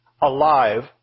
alive